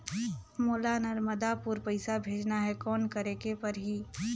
मोला नर्मदापुर पइसा भेजना हैं, कौन करेके परही?